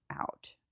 out